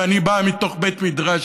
ואני בא מתוך בית מדרש,